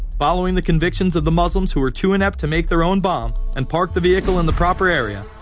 following the convictions of the muslims. who were too inept to make their own bomb, and park the vehicle in the proper area,